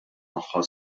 magħha